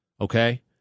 Okay